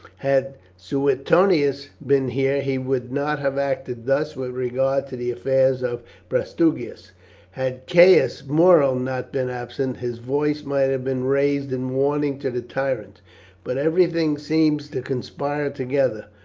had suetonius been here he would not have acted thus with regard to the affairs of prasutagus. had caius muro not been absent his voice might have been raised in warning to the tyrant but everything seems to conspire together,